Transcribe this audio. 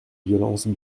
violences